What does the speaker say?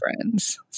friends